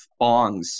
bongs